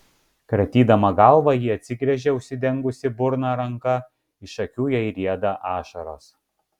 kratydama galvą ji atsigręžia užsidengusi burną ranka iš akių jai rieda ašaros